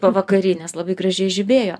pavakary nes labai gražiai žibėjo